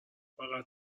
فقط